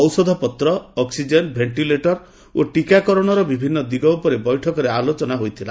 ଔଷଧପତ୍ର oxygen ventilator ଓ ଟିକାକରଣର ବିଭିନ୍ନ ଦିଗ ଉପରେ ବୈଠକରେ ଆଲୋଚନାରେ ହୋଇଥିଲା